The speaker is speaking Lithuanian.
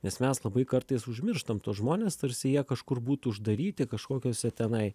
nes mes labai kartais užmirštant tuos žmones tarsi jie kažkur būtų uždaryti kažkokiose tenai